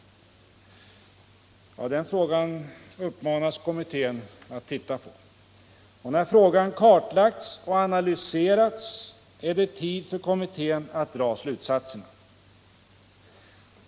I direktiven uppmanas kommittén att titta på den sistnämnda frågan. När frågan kartlagts och analyserats är det tid för kommittén att dra slutsatserna.